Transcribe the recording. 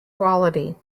quality